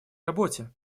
работе